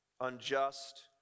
unjust